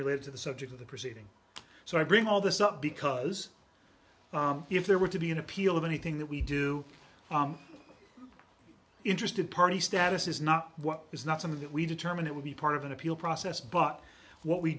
related to the subject of the proceeding so i bring all this up because if there were to be an appeal of anything that we do interested party status is not what is not something that we determine it will be part of an appeal process but what we